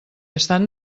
estan